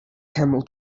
camel